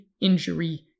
injury